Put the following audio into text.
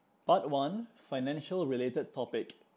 part one financial related topic